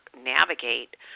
navigate